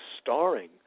starring